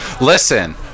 Listen